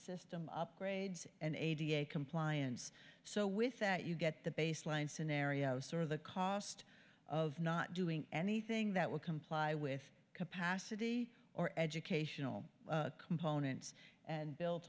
system upgrades and eighty eight compliance so with that you get the baseline scenario sort of the cost of not doing anything that would comply with capacity or educational components and bil